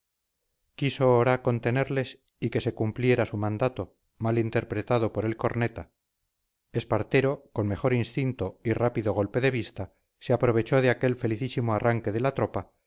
quiso oraa contenerles y que se cumpliera su mandato mal interpretado por el corneta espartero con mejor instinto y rápido golpe de vista se aprovechó de aquel felicísimo arranque de la tropa